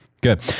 Good